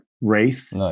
race